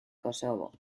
kosovo